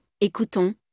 écoutons